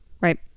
Right